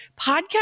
podcast